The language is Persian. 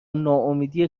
ناامیدی